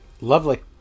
Lovely